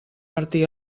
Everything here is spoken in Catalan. martí